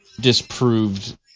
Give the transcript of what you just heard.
disproved